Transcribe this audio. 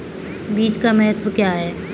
बीज का महत्व क्या है?